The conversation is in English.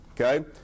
okay